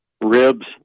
ribs